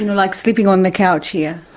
like sleeping on the couch here?